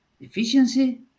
efficiency